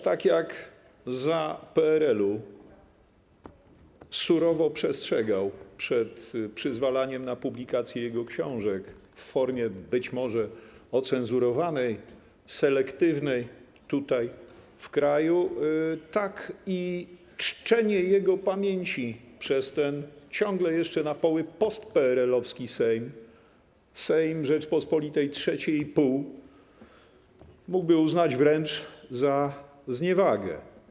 Tak jak za PRL-u surowo przestrzegał przed przyzwalaniem na publikację jego książek w formie, być może, ocenzurowanej, selektywnej w kraju, tak też czczenie jego pamięci przez ten ciągle jeszcze na poły post-PRL-owski Sejm, Sejm Rzeczypospolitej trzeciej i pół, mógłby uznać wręcz za zniewagę.